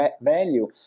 value